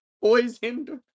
poisoned